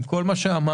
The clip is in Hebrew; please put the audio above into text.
עם כל מה שאמרנו,